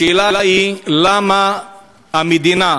השאלה היא: למה המדינה,